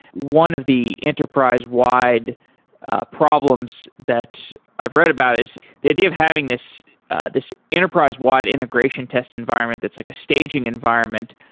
one of the enterprise-wide ah problems that i've read about is the idea of having this this enterprise-wide integration test environment that's like a staging environment,